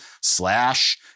Slash